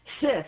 Sis